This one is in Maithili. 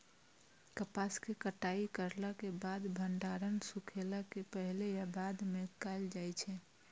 कपास के कटाई करला के बाद भंडारण सुखेला के पहले या बाद में कायल जाय छै?